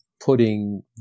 putting